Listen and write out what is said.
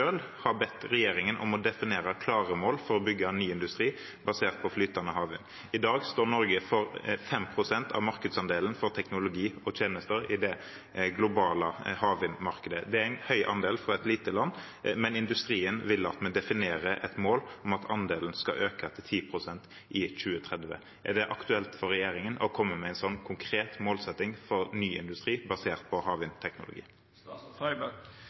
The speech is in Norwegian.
har bedt regjeringen om å definere klare mål for å bygge en ny industri basert på flytende havvind. I dag står Norge for 5 pst. av markedsandelen for teknologi for tjenester i det globale havvindmarkedet. Det er en høy andel for et lite land, men industrien vil at vi definerer et mål om at andelen skal øke til 10 pst. i 2030. Er det aktuelt for regjeringen å komme med en slik konkret målsetting for ny industri basert på